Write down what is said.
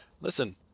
listen